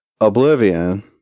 Oblivion